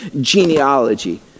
genealogy